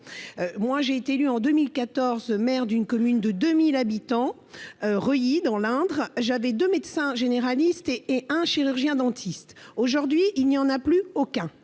moi j'ai été élu en 2014, maire d'une commune de 2000 habitants Reuilly dans l'Indre, j'avais de médecins généralistes et et un chirurgien dentiste, aujourd'hui il n'y en a plus aucun